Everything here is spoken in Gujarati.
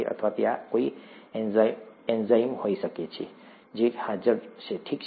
અથવા ત્યાં કોઈ એન્ઝાઇમ હોઈ શકે છે જે હાજર છે ઠીક છે